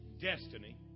destiny